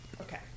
Okay